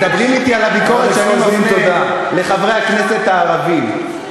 מדברים אתי על הביקורת שאני מפנה לחברי הכנסת הערבים.